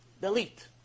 Delete